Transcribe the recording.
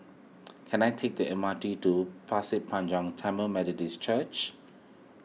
can I take the M R T to Pasir Panjang Tamil Methodist Church